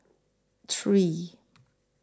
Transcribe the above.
three